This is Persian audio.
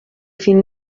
فیلم